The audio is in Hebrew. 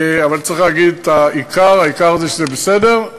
אבל צריך להגיד את העיקר, העיקר שזה בסדר.